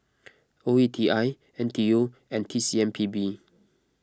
O E T I N T U and T C M P B